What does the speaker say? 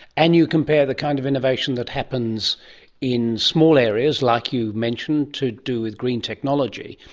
and you compare the kind of innovation that happens in small areas, like you mentioned, to do with green technology,